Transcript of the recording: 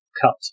cut